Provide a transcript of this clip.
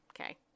Okay